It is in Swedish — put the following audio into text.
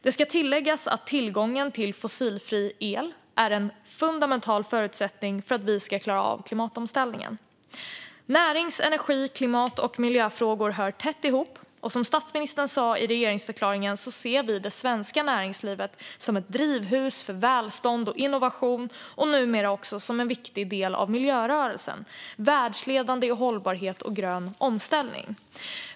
Det ska tilläggas att tillgången till fossilfri el är en fundamental förutsättning för att vi ska klara av klimatomställningen. Närings-, energi-, klimat och miljöfrågor hör tätt ihop. Som statsministern sa i regeringsförklaringen ser vi det svenska näringslivet som ett drivhus för välstånd och innovation och numera också som en viktig del av miljörörelsen - världsledande i hållbarhet och grön omställning.